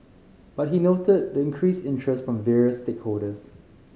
but he noted the increased interest from various stakeholders